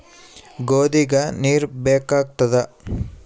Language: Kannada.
ಗೋಧಿಗ ನೀರ್ ಬೇಕಾಗತದ?